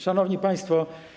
Szanowni Państwo!